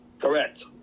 Correct